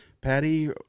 Patty